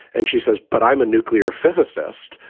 and she says, but i'm a nuclear physicist.